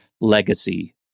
legacy